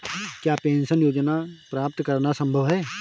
क्या पेंशन योजना प्राप्त करना संभव है?